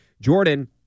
Jordan